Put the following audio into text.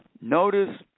Notice